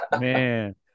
Man